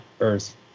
Earth